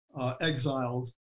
exiles